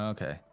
Okay